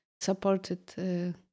supported